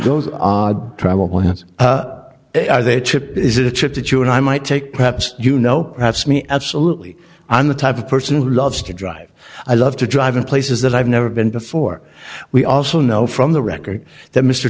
our travel plans are they trip is a trip that you and i might take perhaps you know perhaps me absolutely i'm the type of person who loves to drive i love to drive in places that i've never been before we also know from the record that mr